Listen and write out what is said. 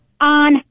on